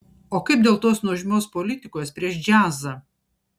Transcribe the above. o kaip dėl tos nuožmios politikos prieš džiazą